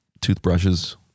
toothbrushes